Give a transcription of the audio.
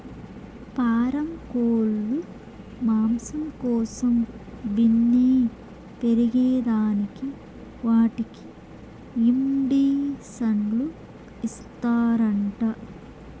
పారం కోల్లు మాంసం కోసం బిన్నే పెరగేదానికి వాటికి ఇండీసన్లు ఇస్తారంట